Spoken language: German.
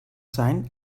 sein